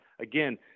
Again